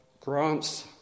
grants